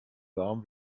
warm